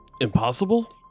impossible